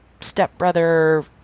stepbrother